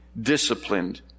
Disciplined